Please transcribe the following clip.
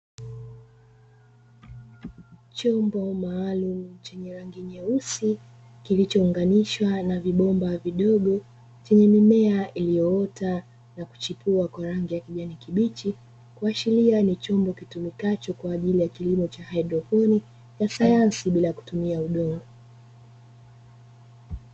Chombo maalumu chenye rangi nyeusi, kilichounganishwa na vibomba vidogo, chenye mimea iliyoota na kuchipua kwa rangi ya kijani kibichi, kuashiria ni chombo kitumikacho kwa ajili ya kilimo cha haidroponi kwa sayansi ya bila kutumia udongo.